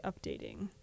updating